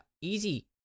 easy